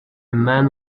man